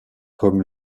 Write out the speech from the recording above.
comme